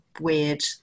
weird